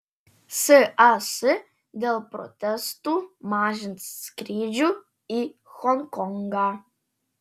sas dėl protestų mažins skrydžių į honkongą